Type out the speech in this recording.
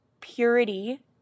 purity